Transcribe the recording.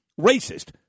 racist